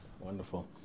Wonderful